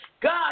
God